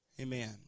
Amen